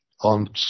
on